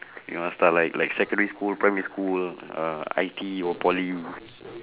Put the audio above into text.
you want start like like secondary school primary school uh I_T_E or poly